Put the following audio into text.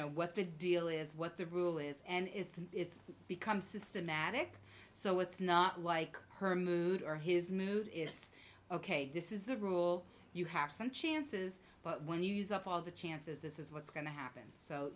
know what the deal is what the rule is and it's and it's become systematic so it's not like her mood or his mood it's ok this is the rule you have some chances but when you use up all the chances this is what's going to happen so